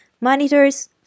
Monitors